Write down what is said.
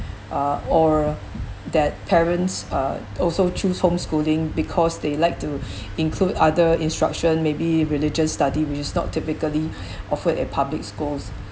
uh or that parents uh also choose homeschooling because they like to include other instruction maybe religious study which is not typically offered in public schools